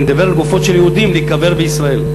אני מדבר על גופות של יהודים, להיקבר בישראל.